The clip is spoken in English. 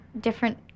different